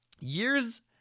Years